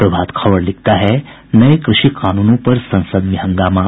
प्रभात खबर लिखता है नये कृषि कानूनों पर संसद में हंगामा